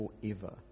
forever